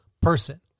person